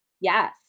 Yes